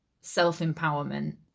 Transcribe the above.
self-empowerment